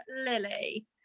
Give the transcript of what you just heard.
Lily